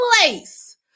place